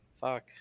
Fuck